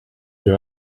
your